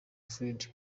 fred